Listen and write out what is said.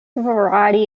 variety